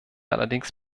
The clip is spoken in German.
allerdings